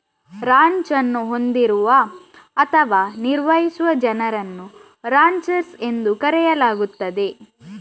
ranch ಅನ್ನು ಹೊಂದಿರುವ ಅಥವಾ ನಿರ್ವಹಿಸುವ ಜನರನ್ನು ರಾಂಚರ್ಸ್ ಎಂದು ಕರೆಯಲಾಗುತ್ತದೆ